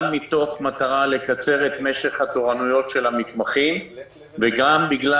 גם מתוך מטרה לקצר את משך התורנויות של המתמחים וגם בגלל